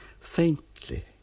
faintly